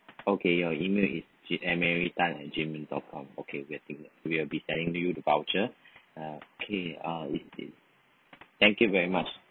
okay your email is G~ mary tan at gmail dot com okay we will be sending you the voucher uh okay thank you very much